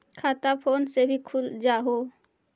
खाता फोन से भी खुल जाहै?